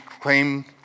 claim